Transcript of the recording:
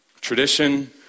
tradition